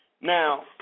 Now